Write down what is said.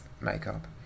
makeup